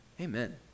Amen